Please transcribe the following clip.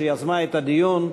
שיזמה את הדיון.